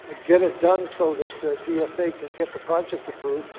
ah get it done so that dsa can get the project approved,